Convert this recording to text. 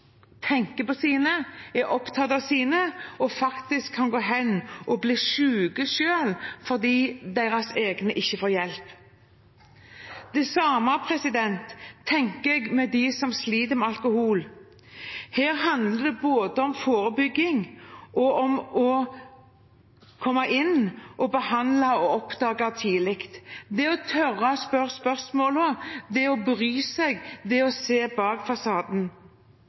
tenker på sine, er opptatt av sine og faktisk kan gå hen og bli syke selv, fordi deres egne ikke får hjelp. Det samme tenker jeg gjelder for dem som sliter med alkohol. Her handler det både om forebygging og om å komme inn og behandle og oppdage tidlig – det å tørre å stille spørsmålene, bry seg, se bak fasaden.